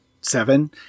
seven